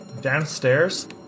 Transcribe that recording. downstairs